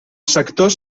sector